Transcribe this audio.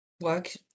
work